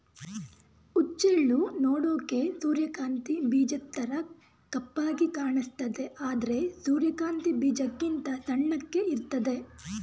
ಹುಚ್ಚೆಳ್ಳು ನೋಡೋಕೆ ಸೂರ್ಯಕಾಂತಿ ಬೀಜದ್ತರ ಕಪ್ಪಾಗಿ ಕಾಣಿಸ್ತದೆ ಆದ್ರೆ ಸೂರ್ಯಕಾಂತಿ ಬೀಜಕ್ಕಿಂತ ಸಣ್ಣಗೆ ಇರ್ತದೆ